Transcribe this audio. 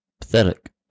Pathetic